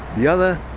the other,